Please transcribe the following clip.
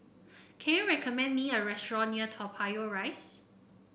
can you recommend me a restaurant near Toa Payoh Rise